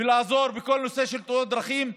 ולעזור בכל נושא תאונות הדרכים,